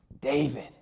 David